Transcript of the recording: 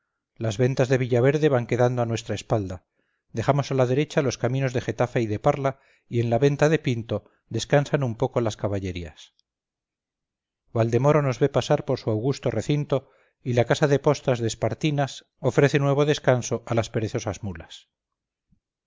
las ventas de villaverde van quedando a nuestra espalda dejamos a la derecha los caminos de getafe y de parla y en la venta de pinto descansan un poco las caballerías valdemoro nos ve pasar por su augusto recinto y la casa de postas de espartinas ofrece nuevo descanso a las perezosas mulas